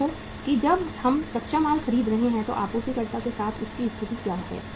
देखो कि जब हम कच्चा माल खरीद रहे हैं तो आपूर्तिकर्ता के साथ उसकी स्थिति क्या है